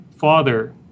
father